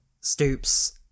Stoops